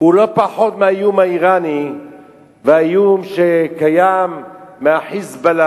הוא לא פחות מהאיום האירני והאיום שקיים מה"חיזבאללה",